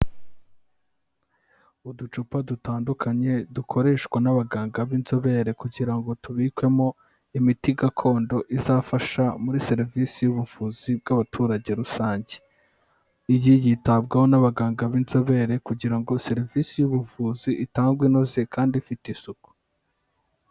Uducupa dutandukanye dukoreshwa n'abaganga b'inzobere kugira ngo tubikwemo imiti gakondo izafasha muri serivisi y'ubuvuzi bw'abaturage rusange. Iyi yitabwaho n'abaganga b'inzobere kugira ngo serivisi y'ubuvuzi itangwe inoze kandi ifite isuku.